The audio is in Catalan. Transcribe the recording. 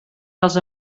dels